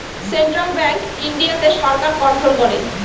central bank ইন্ডিয়াতে সরকার control করে